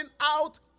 out